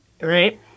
right